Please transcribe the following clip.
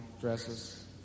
dresses